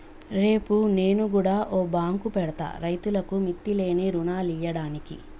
రేపు నేను గుడ ఓ బాంకు పెడ్తా, రైతులకు మిత్తిలేని రుణాలియ్యడానికి